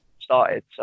started